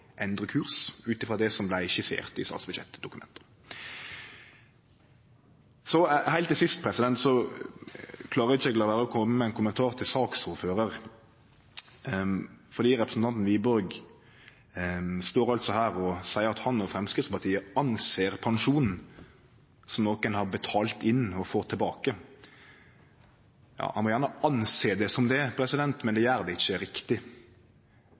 endre kurs ut frå det som vart skissert i statsbudsjettdokumenta. Heilt til sist klarar eg ikkje la vere å kome med ein kommentar til saksordføraren, fordi representanten Wiborg står her og seier at han og Framstegspartiet «anser» pensjon som noko ein har betalt inn og får tilbake. Ja, han må gjerne «anse» det som det, men det gjer det ikkje riktig.